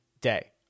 Day